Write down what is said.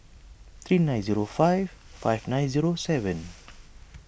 three nine zero five five nine zero seven